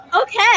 Okay